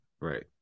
right